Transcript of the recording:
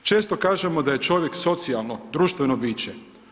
Često kažemo da je čovjek socijalno, društveno biće.